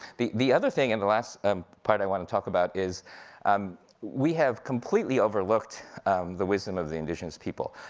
the the other thing, and the last um part i wanna talk about, is um we have completely overlooked the wisdom of the indigenous people.